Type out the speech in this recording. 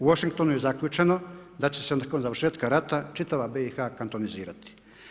U Washingtonu je zaključeno da će se nakon završetka rata čitava BIH kantonizirati.